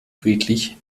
friedlich